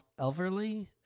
Elverly